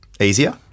easier